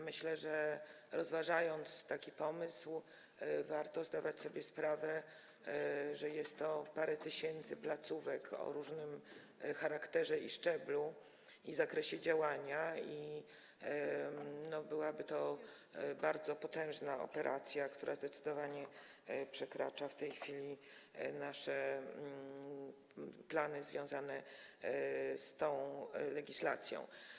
Myślę, że rozważając taki pomysł, warto zdawać sobie sprawę, że jest to parę tysięcy placówek o różnym charakterze, szczeblu i zakresie działania i byłaby to bardzo potężna operacja, która zdecydowanie przekracza w tej chwili nasze plany związane z tą legislacją.